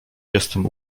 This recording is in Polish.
jestem